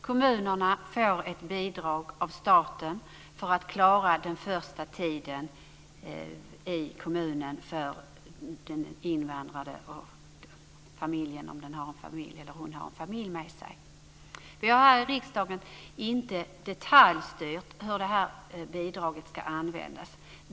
Kommunerna får ett bidrag av staten för att klara den invandrades och hans eller hennes familjs, om det finns någon, första tid. Vi har här i riksdagen inte detaljstyrt hur detta bidrag ska användas.